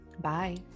Bye